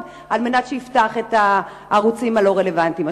על מנת שיפתח את הערוצים הלא-רלוונטיים.